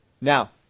now